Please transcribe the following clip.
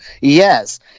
yes